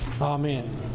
Amen